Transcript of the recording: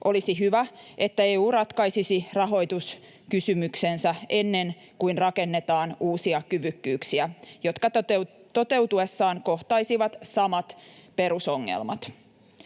Olisi hyvä, että EU ratkaisisi rahoituskysymyksensä ennen kuin rakennetaan uusia kyvykkyyksiä, jotka toteutuessaan kohtaisivat samat perusongelmat.